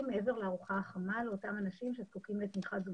מעבר לארוחה החמה לאותם אנשים שזקוקים לתמיכה.